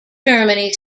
germany